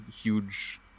huge